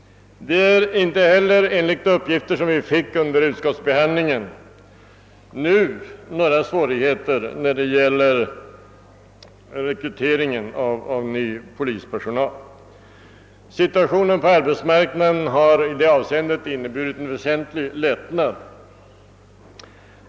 Det föreligger inte heller nu, enligt uppgifter vi fick under utskottsbehandlingen, några svårigheter när det gäller rekryteringen av ny polispersonal. Situationen på arbetsmarknaden har i det avseendet inneburit en väsentlig lättnad.